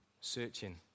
searching